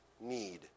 need